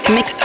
Mix